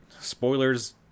spoilers